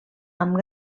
amb